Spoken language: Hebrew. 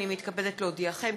הנני מתכבדת להודיעכם,